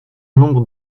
nombre